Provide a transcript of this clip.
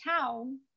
town